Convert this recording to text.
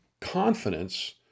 confidence